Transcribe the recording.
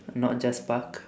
not just park